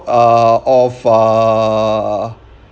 err of a